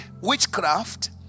witchcraft